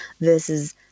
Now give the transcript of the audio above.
versus